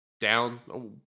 down